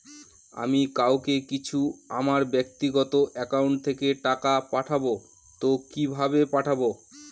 আমি কাউকে কিছু আমার ব্যাক্তিগত একাউন্ট থেকে টাকা পাঠাবো তো কিভাবে পাঠাবো?